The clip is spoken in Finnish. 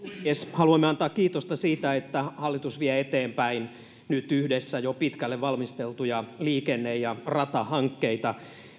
rouva puhemies haluamme antaa kiitosta siitä että hallitus vie nyt eteenpäin yhdessä jo pitkälle valmisteltuja liikenne ja ratahankkeita